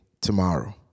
tomorrow